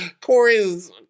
Corey's